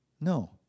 No